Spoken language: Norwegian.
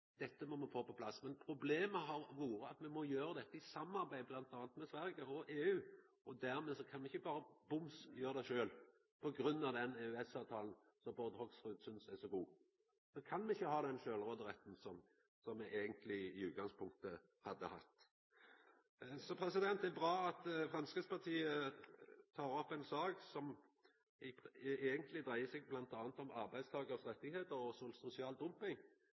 dette må me få på plass. Problemet har vore at me må gjera dette i samarbeid med bl.a. Sverige og EU. Dermed kan me ikkje berre gjera det sjølve. På grunn av den EØS-avtalen som Bård Hoksrud synest er så god, har me ikkje den sjølvråderetten som me i utgangspunktet eigentleg skulle hatt. Det er bra at Framstegspartiet tek opp ei sak som eigentleg dreier seg bl.a. om arbeidstakaranes rettar og om sosial dumping.